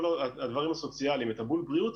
כל הדברים הסוציאליים ותגמול בריאות,